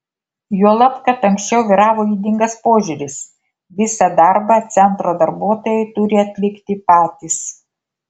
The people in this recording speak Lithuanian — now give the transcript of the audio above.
juolab kad anksčiau vyravo ydingas požiūris visą darbą centro darbuotojai turi atlikti patys